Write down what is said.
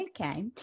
okay